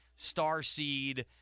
Starseed